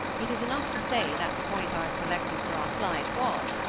it is enough to say that the point i selected for our flight was,